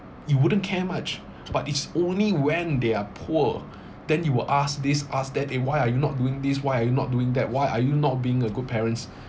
you wouldn't care much but it's only when they are poor then you will ask this ask that eh why are you not doing this why are you not doing that why are you not being a good parents